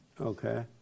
Okay